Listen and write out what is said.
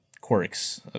quirks